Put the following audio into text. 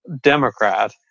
Democrat